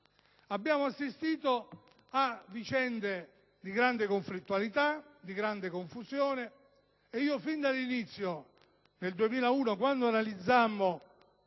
abbiamo assistito a vicende di grande conflittualità e confusione. Fin dall'inizio, nel 2001, quando analizzammo